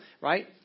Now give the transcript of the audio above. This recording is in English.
right